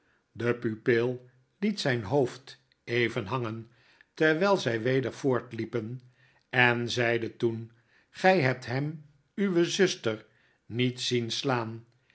de pupil liet zyn hoofd even hangen terwyl zy weder voortliepen en zeide toen gy hebt hem uwe zuster niet zien slaan